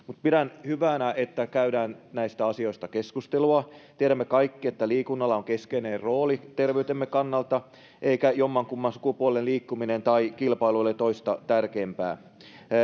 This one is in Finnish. pidän hyvänä että näistä asioista käydään keskustelua tiedämme kaikki että liikunnalla on keskeinen rooli terveytemme kannalta eikä jommankumman sukupuolen liikkuminen tai kilpailu ole toista tärkeämpää